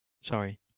Sorry